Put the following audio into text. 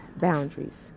boundaries